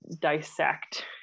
dissect